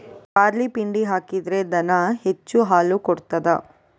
Barley ಪಿಂಡಿ ಹಾಕಿದ್ರೆ ದನ ಹೆಚ್ಚು ಹಾಲು ಕೊಡ್ತಾದ?